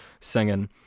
singing